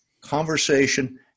conversation